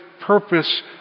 purpose